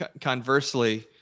conversely